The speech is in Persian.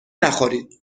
نخورید